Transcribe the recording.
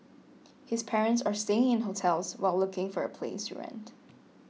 his parents are staying in hotels while looking for a place to rent